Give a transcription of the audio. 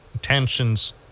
tensions